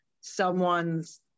someone's